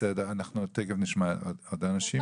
בסדר, תכף נשמע עוד אנשים.